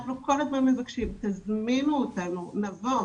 אנחנו כל הזמן מבקשים, תזמינו אותנו, נבוא.